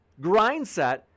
Grindset